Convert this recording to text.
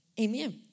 Amen